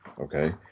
okay